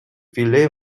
filet